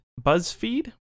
BuzzFeed